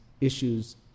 issues